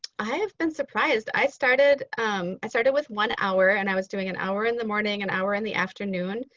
i have been surprised. i started i started with one hour and i was doing an hour in the morning, an hour in the afternoon.